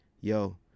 yo